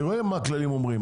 אני רואה מה הכללים אומרים,